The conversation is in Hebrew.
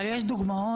אבל יש דוגמאות.